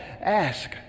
ask